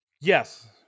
Yes